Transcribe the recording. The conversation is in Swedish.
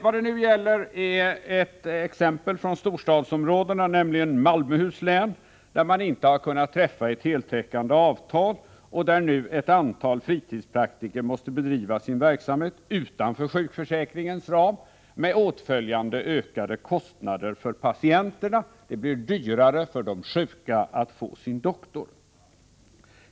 Vad det nu gäller är ett annat exempel från storstadsområdena, nämligen från Malmöhus län, där man inte har kunnat träffa ett heltäckande avtal. Ett antal fritidspraktiker måste där bedriva sin verksamhet utanför sjukförsäkringens ram, med åtföljande ökade kostnader för patienterna. Det blir dyrare för de sjuka att gå till sin doktor.